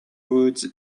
woods